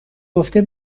گفته